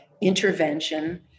intervention